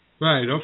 Right